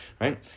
right